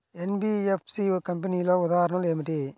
NBFC కంపెనీల ఉదాహరణ ఏమిటి?